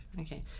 Okay